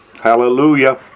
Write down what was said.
hallelujah